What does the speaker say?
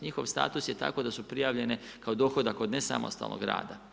Njihov je status je tako da su prijavljene kao dohodak od nesamostalnog rada.